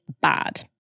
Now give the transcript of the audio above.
bad